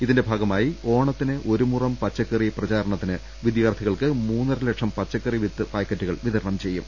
ഇതിന്റെ ഭാഗമായി ഓണത്തിന് ഒരുമുറം പച്ചക്കറി പ്രചാരണത്തിന് വിദ്യാർത്ഥികൾക്ക് മൂന്നരലക്ഷം പച്ചക്കറി വിത്ത് പാക്കറ്റുകൾ വിതരണം ചെയ്യും